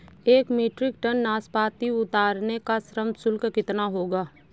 एक metric tonne नाशपाती उतारने का श्रम शुल्क कितना होगा?